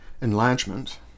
Enlargement